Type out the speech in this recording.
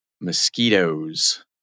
Mosquitoes